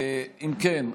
אם כן,